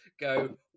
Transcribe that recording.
go